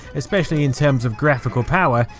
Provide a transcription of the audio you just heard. especially in terms of graphical power,